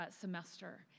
semester